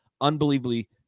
unbelievably